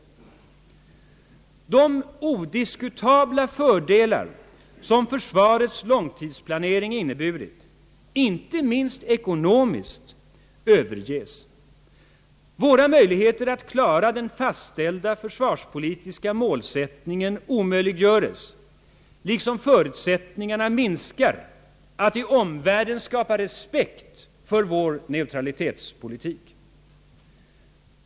De odiskutabla fördelar som försvarets långtidsplanering inneburit — inte minst ekonomiskt sett — överges. Våra möjligheter att klara den fastställda försvarspolitiska målsättningen omöjliggöres, liksom förutsättningarna minskas att i omvärlden skapa respekt för vår neutralitetspolitik.